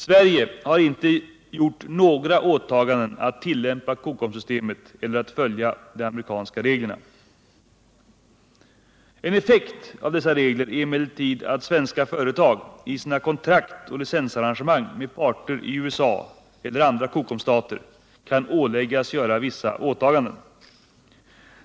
Sverige har inte gjort några åtaganden att tillämpa COCOM-systemet eller att följa de amerikanska reglerna. En effekt av dessa regler är emellertid att svenska företag i sina kontrakt och licensarrangemang med parter i USA eller andra COCOMS-stater kan åläggas göra vissa åtaganden.